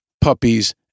puppies